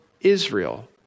Israel